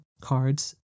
cards